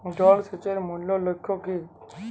জল সেচের মূল লক্ষ্য কী?